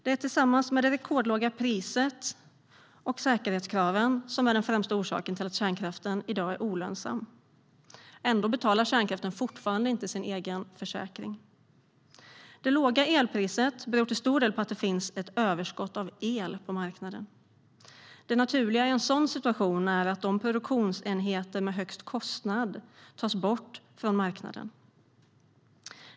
Det är tillsammans med det rekordlåga priset och säkerhetskraven den främsta orsaken till att kärnkraften i dag är olönsam. Ändå betalar kärnkraften fortfarande inte för sin egen försäkring. Det låga elpriset beror till stor del på att det finns ett överskott av el på marknaden. Det naturliga i en sådan situation är att produktionsenheter med högst kostnad tas bort från marknaden.